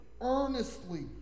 earnestly